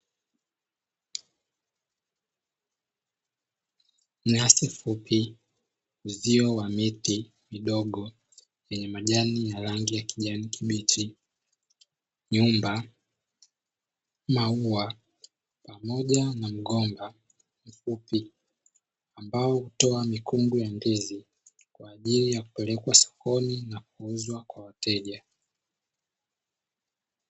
Nyasi fupi, uzio wa miti midogo yenye majani ya rangi ya kijani kibichi, nyumba, maua pamoja na mgomba mfupi; ambao hutoa mikungu ya ndizi kwa ajili ya kupelekwa sokoni na kuuzwa kwa wateja.